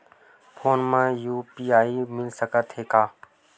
Phone मा UPI मिल सकत हे का?